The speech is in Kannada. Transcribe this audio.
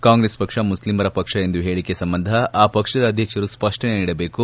ಕಾಂಗ್ರೆಸ್ ಪಕ್ಷ ಮುಸ್ಲೀಮರ ಪಕ್ಷ ಎಂದು ಹೇಳಿಕೆ ಸಂಬಂಧ ಆ ಪಕ್ಷದ ಅಧ್ಯಕ್ಷರು ಸ್ಪಷ್ಟನೆ ನೀಡಬೇಕು